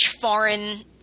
foreign